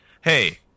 hey